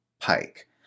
Pike